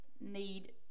need